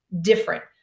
different